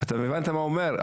אתה הבנת מה הוא אומר?